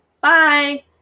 Bye